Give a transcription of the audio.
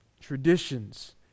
Traditions